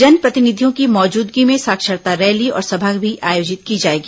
जनप्रतिनिधियों की मौजूदगी में साक्षरता रैली और सभा भी आयोजित की जाएगी